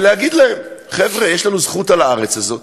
ולהגיד להם: חבר'ה, יש לנו זכות על הארץ הזאת,